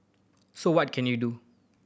so what can you do